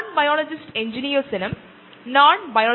നമുക്ക് കാൻസറിനെ പറ്റി ചിന്തിക്കാം നമുക്ക് കാൻസറിൽ നിന്ന് ആരംഭിക്കാം